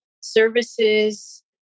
services